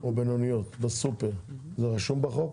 או בינוניות בסופר, זה רשום בחוק?